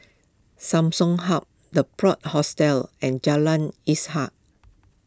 Samsung Hub the Plot Hostels and Jalan Ishak